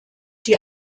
die